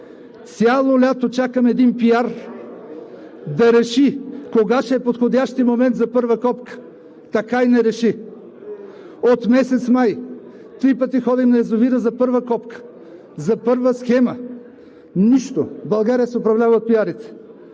Цяло лято чакам един пиар да реши кога ще е подходящият момент за първа копка. Така и не реши. От месец май три пъти ходим на язовира за първа копка, за първа схема. Нищо! България се управлява от пиарите.